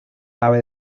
ave